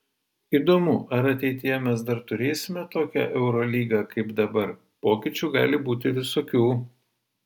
įdomu ar ateityje mes dar turėsime tokią eurolygą kaip dabar pokyčių gali būti visokių